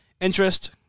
Interest